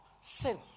sin